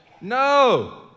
No